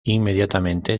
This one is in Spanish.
inmediatamente